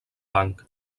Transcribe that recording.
banc